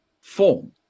form